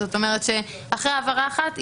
זאת אומרת שאחרי העברה אחת,